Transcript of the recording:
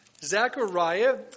Zechariah